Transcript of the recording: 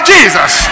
Jesus